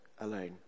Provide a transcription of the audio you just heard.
alone